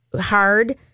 hard